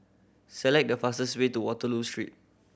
select the fastest way to Waterloo Street